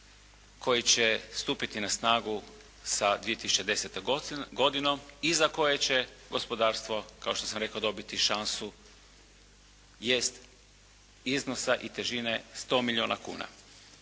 koji će stupiti na snagu sa 2010. godinom iza koje će gospodarstvo kao što sam rekao dobiti šansu jest iznosa i težine 100 milijuna kuna.